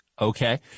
Okay